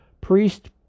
priest